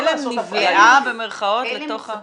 עלם "נבלעה" לתוך ---?